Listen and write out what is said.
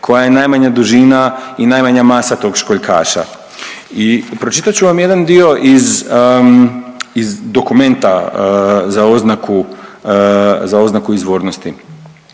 Koja je najmanja dužina i najmanja masa tog školjkaša. I pročitat ću vam jedan dio iz, iz dokumenta za oznaku, za oznaku